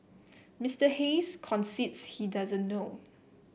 Mister Hayes concedes he doesn't know